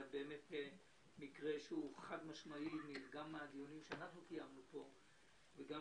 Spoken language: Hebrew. זה מקרה שהוא חד-משמעי מהדיונים שקיימנו פה וגם